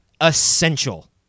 essential